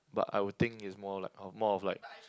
but I would think it's more like or more of like